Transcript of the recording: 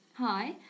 Hi